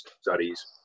studies